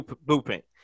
blueprint